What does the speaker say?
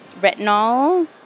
retinol